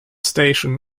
station